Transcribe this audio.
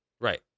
Right